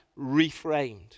reframed